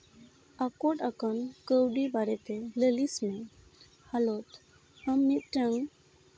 ᱟᱠᱚᱴ ᱟᱠᱟᱱ ᱠᱟᱹᱣᱰᱤ ᱵᱟᱨᱮᱛᱮ ᱞᱟᱹᱞᱤᱥ ᱢᱮ ᱦᱮᱞᱳ ᱟᱢ ᱢᱤᱫᱴᱟᱱ